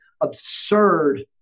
absurd